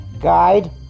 Guide